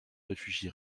réfugiés